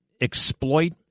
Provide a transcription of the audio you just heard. exploit